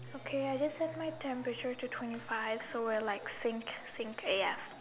okay I just set my temperature to twenty five so we're like sync sync a F